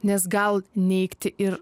nes gal neigti ir